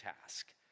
task